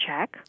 check